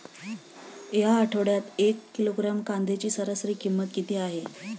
या आठवड्यात एक किलोग्रॅम कांद्याची सरासरी किंमत किती आहे?